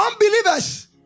Unbelievers